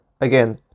again